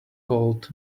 called